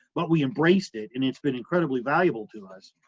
but we embraced it, and it's been incredibly valuable to us,